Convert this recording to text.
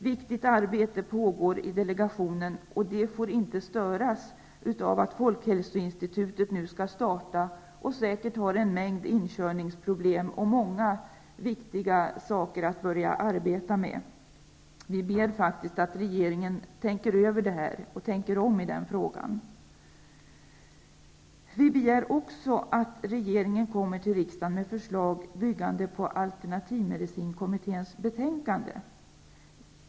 Viktigt arbete pågår i delegationen, och det får inte störas av att folkhälsoinstitutet nu skall starta och som säkert har en mängd inkörningsproblem och många viktiga frågor att börja arbeta med. Vi ber faktiskt regeringen att tänka igenom detta och tänka om i denna fråga. Vi begär också att regeringen kommer till riksdagen med förslag som bygger på alternativmedicinkommitténs betänkande.